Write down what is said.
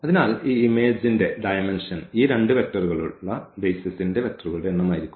അതിനാൽ ഈ ഇമേജ്ന്റെ ഡയമെൻഷൻ ഈ രണ്ട് വെക്റ്ററുകളുടെ ബെയ്സിസിന്റെ വെക്ടറുകളുടെ എണ്ണം ആയിരിക്കും